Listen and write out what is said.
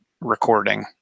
recording